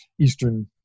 eastern